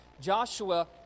Joshua